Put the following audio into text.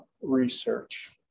research